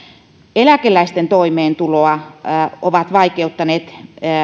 eläkeläisten toimeentuloa ovat vaikeuttaneet